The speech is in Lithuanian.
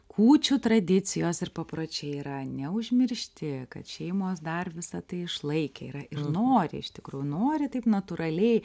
kūčių tradicijos ir papročiai yra neužmiršti kad šeimos dar visa tai išlaikę yra nori iš tikrųjų nori taip natūraliai